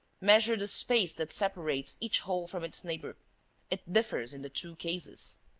measure the space that separates each hole from its neighbour it differs in the two cases.